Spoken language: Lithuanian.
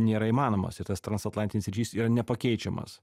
nėra įmanomas ir tas transatlantinis ryšys yra nepakeičiamas